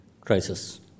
crisis